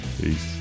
peace